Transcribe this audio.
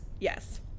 Yes